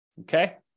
Okay